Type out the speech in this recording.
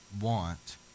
want